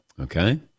Okay